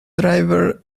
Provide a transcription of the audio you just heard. driver